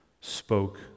spoke